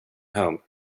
home